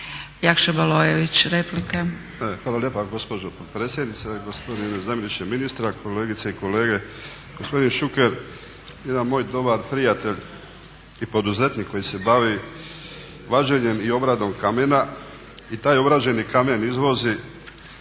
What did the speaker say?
Jakša (Novi val)** Hvala lijepa gospođo potpredsjednice. Gospodine zamjeniče ministra, kolegice i kolege. Gospodine Šuker, jedan moj dobar prijatelj i poduzetnik koji se bavi vađenjem i obradom kamena i taj obrađeni kamen izvozi